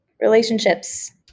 relationships